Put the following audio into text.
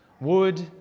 wood